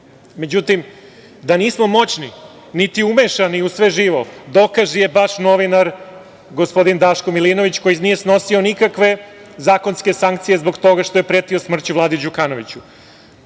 Međutim, da nismo moćni, niti umešani u sve živo dokaz je baš novinar gospodin Daško Milinović koji nije snosio nikakve zakonske sankcije zbog toga što je pretio smrću Vladi Đukanoviću.I